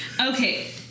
Okay